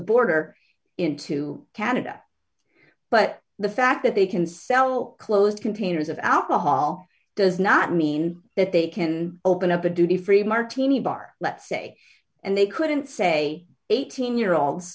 border into canada but the fact that they can sell closed containers of alcohol does not mean that they can open up a duty free martini bar let's say and they couldn't say eighteen year olds